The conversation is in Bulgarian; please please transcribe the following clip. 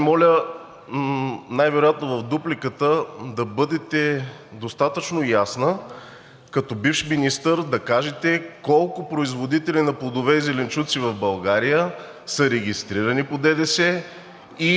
най-вероятно в дупликата, да бъдете достатъчно ясна и като бивш министър да кажете – колко производители на плодове и зеленчуци в България са регистрирани по ДДС и